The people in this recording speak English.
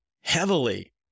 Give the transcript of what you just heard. heavily